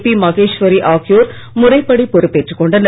B Maheswari ஆகியோர் முறைப்படி பொறுப்பேற்று கொண்டனர்